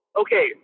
Okay